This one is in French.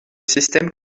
système